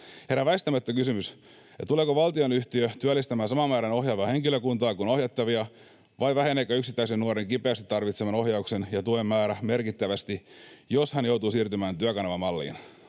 Herää väistämättä kysymys, tuleeko valtionyhtiö työllistämään saman määrän ohjaavaa henkilökuntaa kuin ohjattavia, vai väheneekö yksittäisen nuoren kipeästi tarvitseman ohjauksen ja tuen määrä merkittävästi, jos hän joutuu siirtymään Työkanava-malliin.